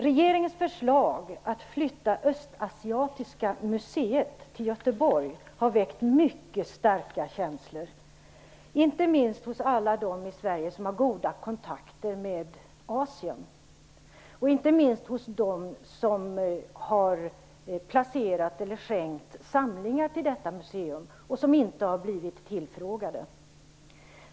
Regeringens förslag att flytta Östasiatiska muséet till Göteborg har väckt mycket starka känslor, inte minst hos alla dem i Sverige som har goda kontakter med Asien och inte minst hos dem som har placerat eller skänkt samlingar till detta museum och som inte har blivit tillfrågade.